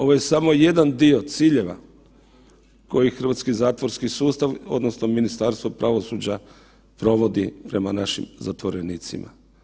Ovo je samo jedan dio ciljeva koji hrvatski zatvorski sustav odnosno Ministarstvo pravosuđa provodi prema našim zatvorenicima.